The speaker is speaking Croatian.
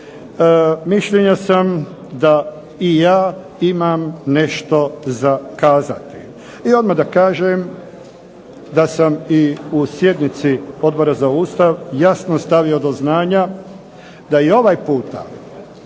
mišljenja sam da i ja imam nešto za kazati. I odmah da kažem da sam i u sjednici Odbora za Ustav jasno stavio do znanja da i ovaj puta